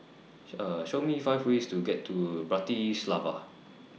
Show Me five ways to get to Bratislava